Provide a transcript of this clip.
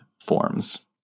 forms